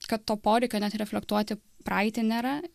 kad to poreikio net reflektuoti praeitį nėra